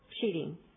Cheating